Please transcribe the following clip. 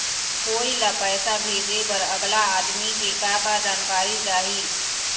कोई ला पैसा भेजे बर अगला आदमी के का का जानकारी चाही?